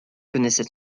connaissent